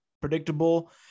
predictable